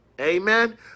Amen